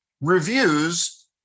reviews